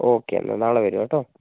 okay എന്നാൽ നാളെ വരുവേട്ടോ